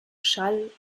schall